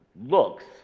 looks